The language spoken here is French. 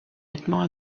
nettement